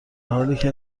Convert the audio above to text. حالیکه